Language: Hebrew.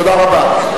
תודה רבה.